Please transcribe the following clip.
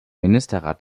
ministerrat